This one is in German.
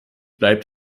bleibt